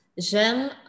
J'aime